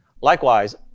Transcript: Likewise